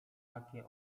takie